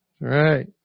Right